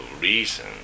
reason